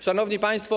Szanowni Państwo!